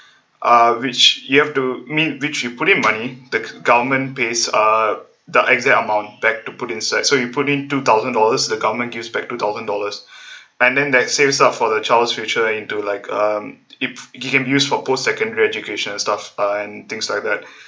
uh which you have to meet which you put in money the government pays uh the exact amount back to put inside so you put in two thousand dollars the government gives back two thousand dollars and then that saves up for their child's future into like um it it can be used for post secondary education and stuff and things like that